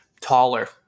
taller